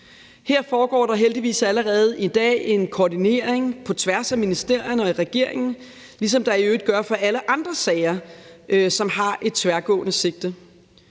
Her foregår der heldigvis allerede i dag en koordinering på tværs af ministerierne og i regeringen, ligesom der i øvrigt gør i alle andre sager, som har et tværgående sigte.